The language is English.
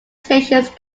stations